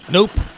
Nope